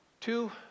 Two